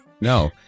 no